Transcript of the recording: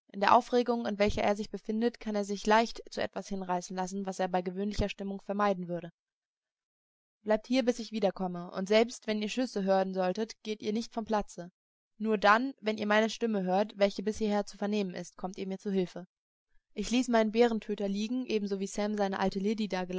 in der aufregung in welcher er sich befindet kann er sich leicht zu etwas hinreißen lassen was er bei gewöhnlicher stimmung vermeiden würde bleibt hier bis ich wiederkomme und selbst wenn ihr schüsse hören solltet geht ihr nicht vom platze nur dann wenn ihr meine stimme hört welche bis hierher zu vernehmen ist kommt ihr mir zu hilfe ich ließ meinen bärentöter liegen ebenso wie sam seine alte